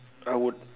I would